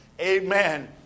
amen